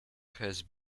has